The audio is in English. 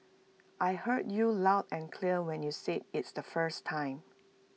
I heard you loud and clear when you said it's the first time